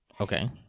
Okay